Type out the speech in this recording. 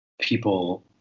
people